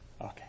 Okay